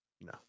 No